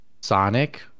sonic